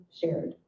shared